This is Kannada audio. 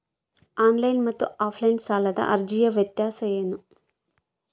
ಆನ್ಲೈನ್ ಮತ್ತು ಆಫ್ಲೈನ್ ಸಾಲದ ಅರ್ಜಿಯ ವ್ಯತ್ಯಾಸ ಏನು?